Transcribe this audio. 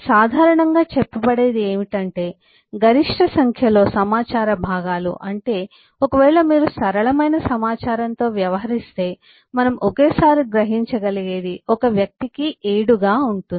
సాధారణంగా చెప్పబడేది ఏమిటంటే గరిష్ట సంఖ్యలో సమాచార భాగాలు అంటేఒకవేళ మీరు సరళమైన సమాచారంతో వ్యవహరిస్తే మనము ఒకేసారి గ్రహించగలిగేది ఒక వ్యక్తికి 7 గా ఉంటుంది